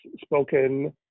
spoken